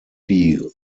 die